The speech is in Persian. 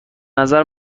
نظر